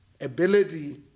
ability